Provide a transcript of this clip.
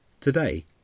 Today